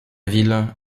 ville